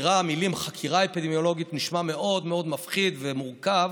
המילים "חקירה אפידמיולוגית" נשמע מאוד מאוד מפחיד ומורכב.